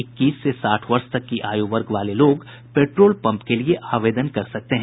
इक्कीस से साठ वर्ष तक की आयु वर्ग वाले लोग पेट्रोल पंप के लिए आवेदन कर सकते हैं